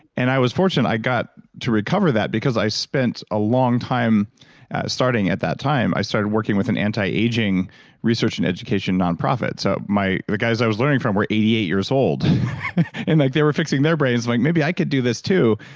and i was fortunate i got to recover that because i spent a long time starting at that time, i started working with an anti-aging research and education nonprofit. so the guys i was learning from were eighty eight years old and like they were fixing their like maybe i could do this too.